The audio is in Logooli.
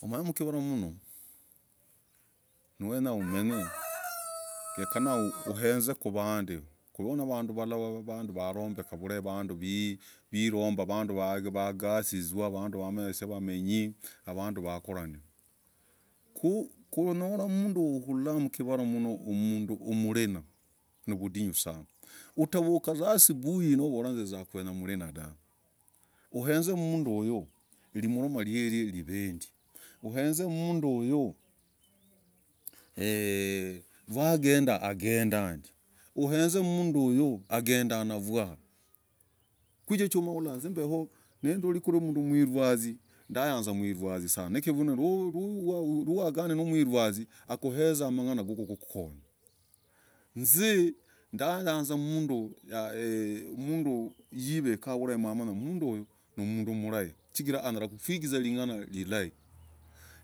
Humany mkivarah mmnoo noenyah umeny gekanah huyeezeeku vandii no vanduu valaii vanduu wailombah vanduu wagazinzwah vanduu siwamenyaa kwatrah menyii na vanduu hurakoroh ndii ku unyolah mnduu noo huilah mikvah humhoo ku nimlindina nivudinguu sanaa uravukaa asubui novol ninyakuzia kulolah milinah kwiri mnduu huyu limomah ivendii huwenz mnduu eeeee hagendaa ndiii uwenz mnduu huyu agenda navuaaa kwiri hinz ndambolah ndayanzaa mwilwazii sanah nakivun sana naugendaa vamwilwanzii sanai nikivune noanganah mamirwazii akuenzaa magandah gakukukonyah' hinz ndayanzaa mnduu amanyii kuivikah vulai namanyaaa mnduu huyu anyalah mnduu huyu nimnduu mlai chigirah kwigizaa ling'alah vulai